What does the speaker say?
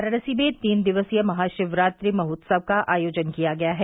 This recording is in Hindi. वाराणसी में तीन दिवसीय महाशिवरात्रि महोत्सव का आयोजन किया गया है